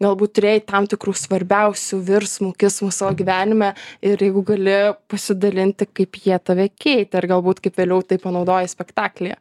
galbūt turėjai tam tikrų svarbiausių virsmų kismų savo gyvenime ir jeigu gali pasidalinti kaip jie tave keitė ir galbūt kaip vėliau tai panaudojai spektaklyje